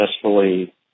successfully